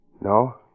No